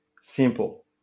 simple